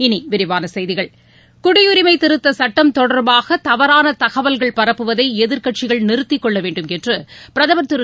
இனி விரிவான செய்திகள் குடியுரிமை திருத்தச்சட்டம் தொடர்பாக தவறான தகவல்கள் பரப்புவதை எதிர்க்கட்சிகள் நிறுத்திக் கொள்ள வேண்டுமென்று பிரதமர் திரு